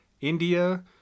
India